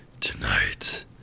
Tonight